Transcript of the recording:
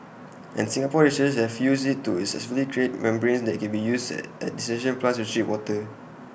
and Singapore researchers have used IT to successfully create membranes that can be used at at desalination plants to treat water